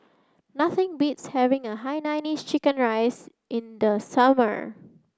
nothing beats having a Hainanese Chicken Rice in the summer